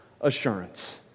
assurance